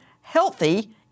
healthy